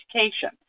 education